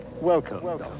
Welcome